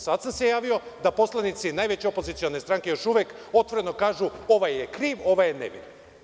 Sada sam se javio da poslanici najveće opozicione stranke otvoreno kažu ovaj je kriv, a ovaj je nevin.